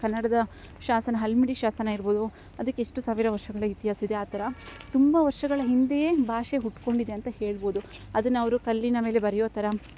ಕನ್ನಡದ ಶಾಸನ ಹಲ್ಮಿಡಿ ಶಾಸನ ಇರಬೌದು ಅದಕ್ಕೆಷ್ಟು ಸಾವಿರ ವರ್ಷಗಳ ಇತಿಹಾಸ ಇದೆ ಆ ಥರ ತುಂಬ ವರ್ಷಗಳ ಹಿಂದೆಯೇ ಭಾಷೆ ಹುಟ್ಕೊಂಡಿದೆ ಅಂತ ಹೇಳಬೌದು ಅದನ್ನು ಅವರು ಕಲ್ಲಿನ ಮೇಲೆ ಬರೆಯೋ ಥರ